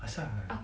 asal